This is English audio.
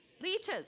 leeches